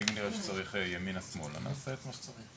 ואם נראה שצריך ימינה, שמאלה, נעשה את מה שצריך.